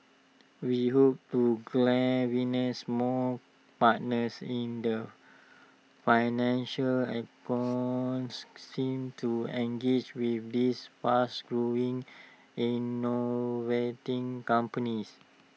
we hope to galvanise more partners in the financial ecosystem to engage with these fast growing innovating companies